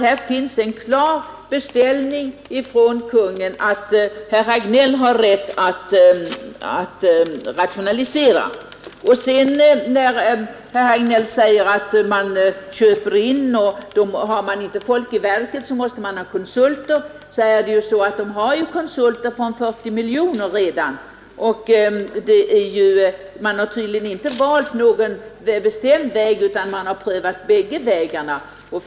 Där finns det en klar beställning från Kungen, och herr Hagnell har alltså rätt att rationalisera. Man gör inköp, sade herr Hagnell, och har man inte folk i verket så måste man ha konsulter. Men man har ju konsulter för 40 miljoner redan. Man har tydligen inte valt någon bestämd väg utan prövat bägge möjligheterna.